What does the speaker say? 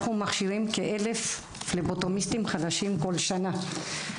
אנחנו מכשירים כאלף פבלוטומיסטים חדשים כל שנה.